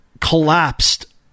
collapsed